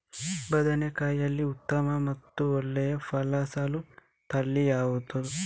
ಬದನೆಕಾಯಿಯಲ್ಲಿ ಉತ್ತಮ ಮತ್ತು ಒಳ್ಳೆಯ ಫಸಲು ತಳಿ ಯಾವ್ದು?